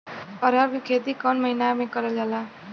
अरहर क खेती कवन महिना मे करल जाला?